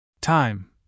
Time